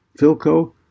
Philco